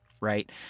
Right